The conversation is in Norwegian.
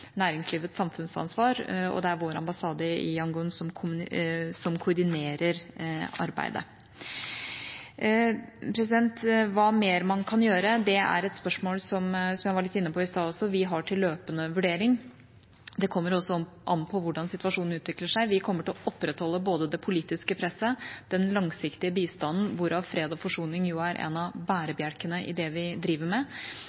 næringslivets samfunnsansvar, og det er vår ambassade i Yangon som koordinerer arbeidet. Hva mer man kan gjøre? Som jeg også var litt inne på i stad, er dette et spørsmål som vi har til løpende vurdering. Det kommer an på hvordan situasjonen utvikler seg. Vi kommer til å opprettholde både det politiske presset og den langsiktige bistanden, hvorav fred og forsoning jo er en av bærebjelkene i det vi driver med.